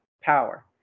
power